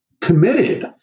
committed